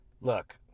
Look